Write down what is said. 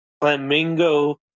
Flamingo